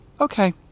okay